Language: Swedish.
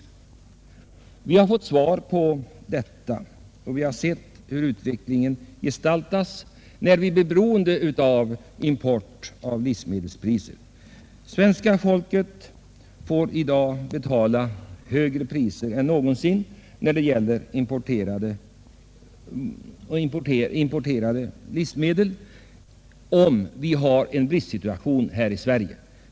Vi har fått svar på detta, och vi har sett hur utvecklingen gestaltas när vi blir beroende av import av livsmedel. Svenska folket får i dag betala högre priser än någonsin för importerade livsmedel när vi har en bristsituation i Sverige.